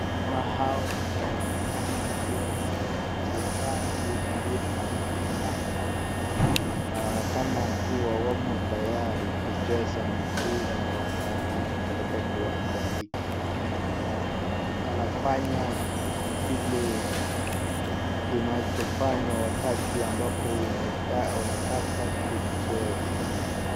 Hawa wanaonekana kuwa ni wachezaji wa mpira wa kandanda, wanaonekana kuwa wamo tayari kucheza mpira wa kandanda katika kiwanja hiki, wanafanya kile kinachofanywa wakati ambapo unataka kucheza.